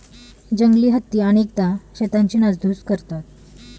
जंगली हत्ती अनेकदा शेतांची नासधूस करतात